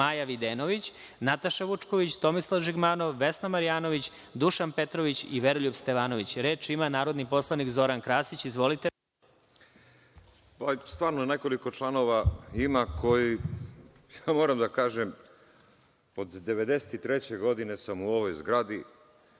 Maja Videnović, Nataša Vučković, Tomislav Žigmanov, Vesna Marjanović, Dušan Petrović i Veroljub Stevanović. Reč ima narodni poslanik Zoran Krasić. Izvolite. **Zoran Krasić** Stvarno nekoliko članova ima koji, moram da kažem, od 1993. godine sam u ovoj zgradi,